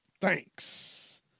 Thanks